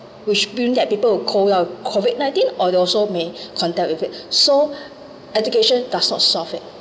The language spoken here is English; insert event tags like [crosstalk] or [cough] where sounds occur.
which means that people with CO~ well COVID nineteen or they also may contact with it so [breath] education does not solve it